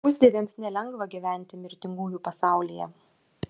pusdieviams nelengva gyventi mirtingųjų pasaulyje